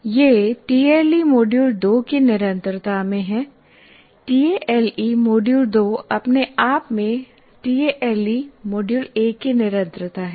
यह TALE module 2 की निरंतरता में है टीएएलई मॉड्यूल 2 अपने आप में टीएएलई मॉड्यूल 1 की निरंतरता है